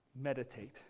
meditate